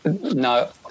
no